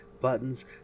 buttons